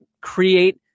create